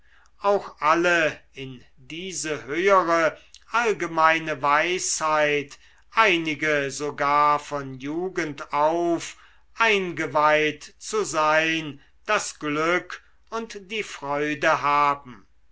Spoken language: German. auch alle in diese höhere allgemeine weisheit einige sogar von jugend auf eingeweiht zu sein das glück und die freude haben